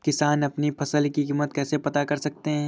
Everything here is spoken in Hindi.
किसान अपनी फसल की कीमत कैसे पता कर सकते हैं?